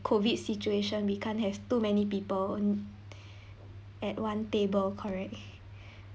COVID situation we can't have too many people at one table correct